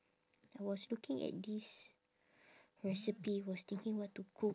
I was looking at this recipe was thinking what to cook